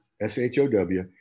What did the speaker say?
S-H-O-W